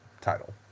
title